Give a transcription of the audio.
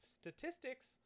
statistics